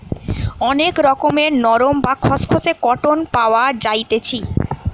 অনেক রকমের নরম, বা খসখসে কটন পাওয়া যাইতেছি